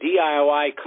DIY